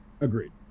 Agreed